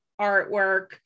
artwork